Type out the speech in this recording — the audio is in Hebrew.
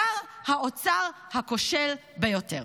שר האוצר הכושל ביותר.